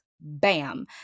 bam